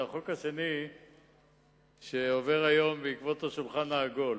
זה החוק השני שעובר היום בעקבות השולחן העגול,